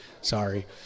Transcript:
Sorry